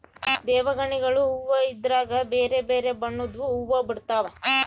ದೇವಗಣಿಗಲು ಹೂವ್ವ ಇದ್ರಗ ಬೆರೆ ಬೆರೆ ಬಣ್ಣದ್ವು ಹುವ್ವ ಬಿಡ್ತವಾ